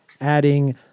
adding